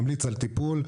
ממליץ על טיפול.